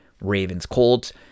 Ravens-Colts